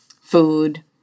food